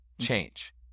change